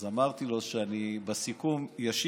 אז אמרתי לו שאני אשיב לו בסיכום.